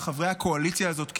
של חברי הקואליציה הזאת,